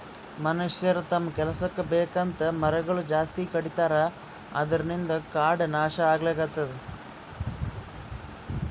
ಮನಷ್ಯರ್ ತಮ್ಮ್ ಕೆಲಸಕ್ಕ್ ಬೇಕಂತ್ ಮರಗೊಳ್ ಜಾಸ್ತಿ ಕಡಿತಾರ ಅದ್ರಿನ್ದ್ ಕಾಡ್ ನಾಶ್ ಆಗ್ಲತದ್